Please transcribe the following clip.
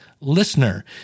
listener